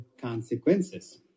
consequences